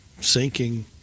sinking